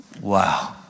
Wow